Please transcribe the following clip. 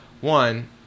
One